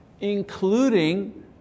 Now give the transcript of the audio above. including